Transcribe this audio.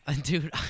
Dude